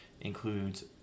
includes